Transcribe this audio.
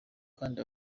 kandi